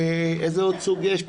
איזה עוד סוג יש?